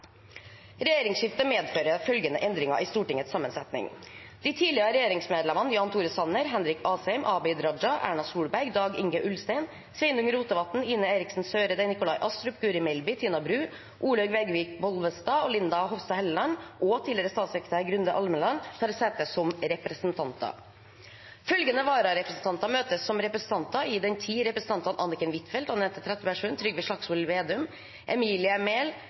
Regjeringsskiftet medfører følgende endringer i Stortingets sammensetning: De tidligere regjeringsmedlemmene Jan Tore Sanner , Henrik Asheim , Abid Raja , Erna Solberg , Dag-Inge Ulstein , Sveinung Rotevatn , Ine Eriksen Søreide , Nikolai Astrup , Guri Melby , Tina Bru , Olaug Vervik Bollestad og Linda Hofstad Helleland og tidligere statssekretær Grunde Almeland tar sete som representanter. Følgende vararepresentanter møter som representanter i den tid representantene Anniken Huitfeldt, Anette Trettebergstuen, Trygve Slagsvold Vedum,